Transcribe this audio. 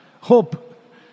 Hope